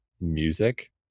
music